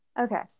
Okay